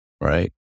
right